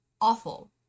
awful